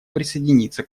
присоединиться